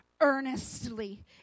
earnestly